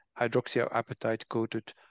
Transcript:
hydroxyapatite-coated